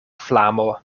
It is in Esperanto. flamo